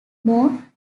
more